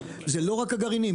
זה לא רק הגרעינים,